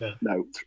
No